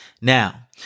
Now